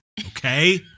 Okay